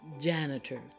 Janitor